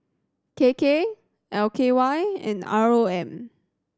K K L K Y and R O M